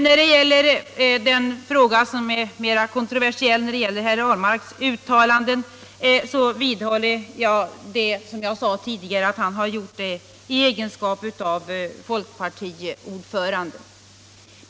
När det gäller den fråga som är mera kontroversiell — herr Ahlmarks uttalanden — vidhåller vad jag sade tidigare, att han har gjort dem i egenskap av folkpartiordförande.